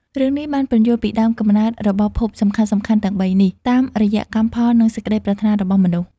រឿងនេះបានពន្យល់ពីដើមកំណើតរបស់ភពសំខាន់ៗទាំងបីនេះ តាមរយៈកម្មផល និងសេចក្តីប្រាថ្នារបស់មនុស្ស។